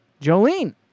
Jolene